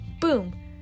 boom